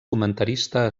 comentarista